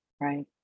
right